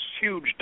huge